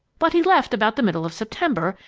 but he left about the middle of september,